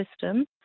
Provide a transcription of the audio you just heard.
system